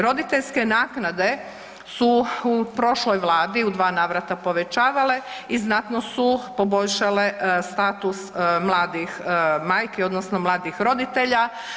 Roditeljske naknade su u prošloj vladi u dva navrata povećavale i znatno su poboljšale status mladih majki odnosno mladih roditelja.